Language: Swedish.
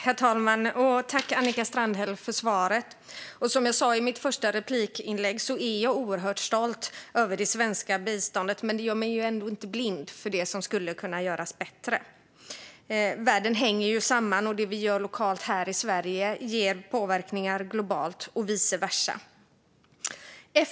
Herr talman! Tack, Annika Strandhäll, för svaret! Som jag sa i mitt första replikinlägg är jag stolt över det svenska biståndet. Men det gör mig inte blind för det som skulle kunna göras bättre. Världen hänger samman. Det vi gör lokalt här i Sverige påverkar globalt och vice versa.